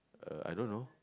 uh I don't know